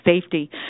Safety –